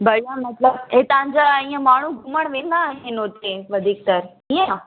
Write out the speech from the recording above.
बढ़िया मतिलबु हितां जा ईअं माण्हू घुमणु वेंदा आहिनि हुते वधीकतर ईअं